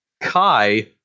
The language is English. Kai